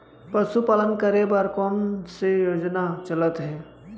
पशुपालन करे बर कोन से योजना चलत हे?